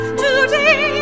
today